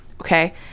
Okay